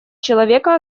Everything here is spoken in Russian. человека